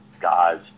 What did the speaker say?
guys